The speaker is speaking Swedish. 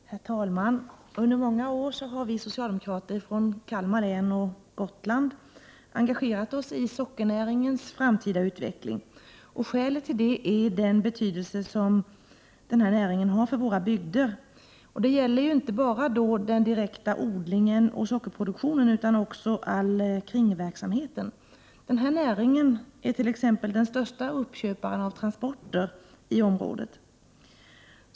Herr talman! Under många år har vi socialdemokrater från Kalmar län och från Gotland engagerat oss i sockernäringens framtida utveckling. Skälet till det är den betydelse som denna näring har för våra bygder. Det gäller då inte bara den direkta odlingen och sockerproduktionen, utan också all kringverksamhet. Den här näringen är t.ex. den största uppköparen av transporter i området.